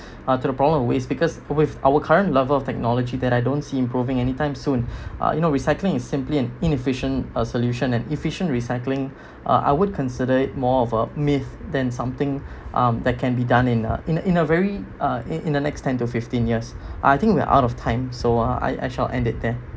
uh to the problem of waste because with our current level of technology that I don't see improving anytime soon uh you know recycling is simply an inefficient uh solution and efficient recycling uh I would consider it more of a myth than something um that can be done in a in a in a very uh in the next ten to fifteen years I think we're out of time so uh I I shall end it there